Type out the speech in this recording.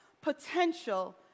potential